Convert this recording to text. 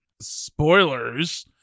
Spoilers